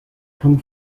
come